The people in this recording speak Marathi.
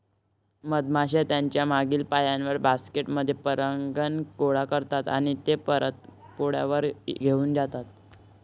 मधमाश्या त्यांच्या मागील पायांवर, बास्केट मध्ये परागकण गोळा करतात आणि ते परत पोळ्यावर घेऊन जातात